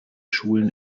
schulen